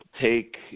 take